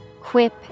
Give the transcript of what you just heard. quip